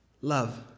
Love